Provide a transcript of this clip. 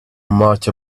much